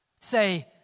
say